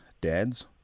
dads